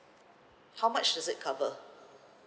how much does it cover